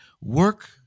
work